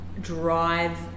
drive